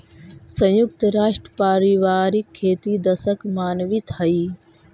संयुक्त राष्ट्र पारिवारिक खेती दशक मनावित हइ